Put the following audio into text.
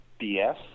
BS